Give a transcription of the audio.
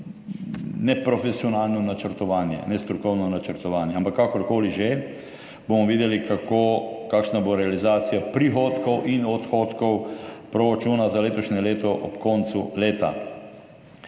neprofesionalno načrtovanje, nestrokovno načrtovanje. Ampak kakorkoli že, bomo videli, kakšna bo realizacija prihodkov in odhodkov proračuna za letošnje leto ob koncu leta.